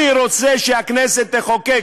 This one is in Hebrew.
אני רוצה שהכנסת תחוקק,